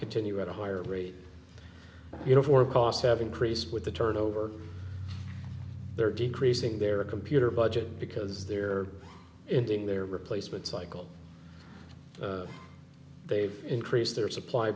continue at a higher rate you know for costs have increased with the turnover they're decreasing their computer budget because they're ending their replacement cycle they've increased their supply